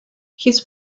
his